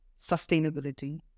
sustainability